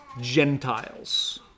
Gentiles